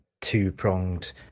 two-pronged